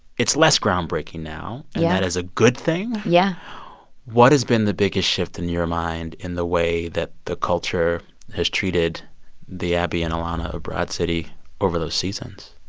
it's less groundbreaking now yeah and that is a good thing yeah what has been the biggest shift, in your mind, in the way that the culture has treated the abbi and ilana of broad city over those seasons?